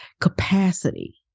capacity